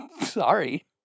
Sorry